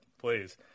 please